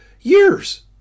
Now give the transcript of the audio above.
years